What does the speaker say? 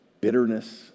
bitterness